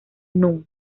núm